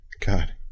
God